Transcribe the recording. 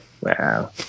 wow